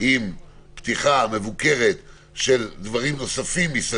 עם פתיחה מבוקרת של דברים נוספים.